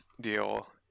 deal